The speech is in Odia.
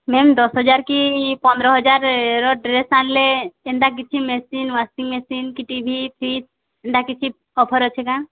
ମ୍ୟାମ୍ ଦଶ୍ ହଜାର୍ କି ପନ୍ଦର୍ ହଜାର୍ ର ଡ୍ରେସ୍ ଆଣ୍ଲେ ଏନ୍ତା କିଛି ମେସିନ୍ ୱାସିଂ ମେସିନ୍ କି ଟିଭି ଫ୍ରିଜ୍ ଏନ୍ତା କିଛି ଅଫର୍ ଅଛେ କାଏଁ